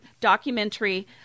documentary